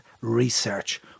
research